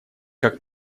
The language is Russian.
как